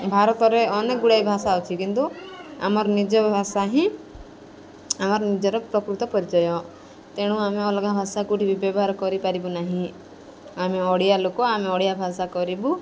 ଭାରତରେ ଅନେକ ଗୁଡ଼ାଏ ଭାଷା ଅଛି କିନ୍ତୁ ଆମର ନିଜ ଭାଷା ହିଁ ଆମର ନିଜର ପ୍ରକୃତ ପରିଚୟ ତେଣୁ ଆମେ ଅଲଗା ଭାଷା କେଉଁଠି ବି ବ୍ୟବହାର କରିପାରିବୁ ନାହିଁ ଆମେ ଓଡ଼ିଆ ଲୋକ ଆମେ ଓଡ଼ିଆ ଭାଷା କରିବୁ